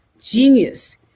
genius